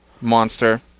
monster